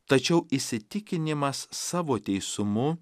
tačiau įsitikinimas savo teisumu